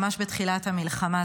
ממש בתחילת המלחמה.